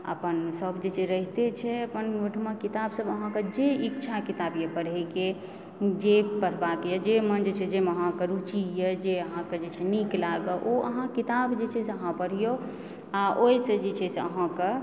अपन सब किछु रहिते छै अपन ओहिठमा अपन किताब सब अहाँकेँ जे इच्छा किताब यऽ पढ़एके जे पढ़बाक यऽ जाहिमे जे छै से जे अहाँकेँ रुचि यऽ जे अहाँकेँ जे छै से नीक लागऽ ओ अहाँ किताब जे छै अहाँ पढ़िऔ आ ओहिसँ जे छै से अहाँकेँ